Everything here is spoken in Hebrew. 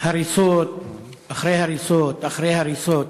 הריסות אחרי הריסות אחרי הריסות,